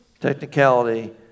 Technicality